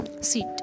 seat